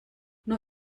nur